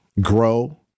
grow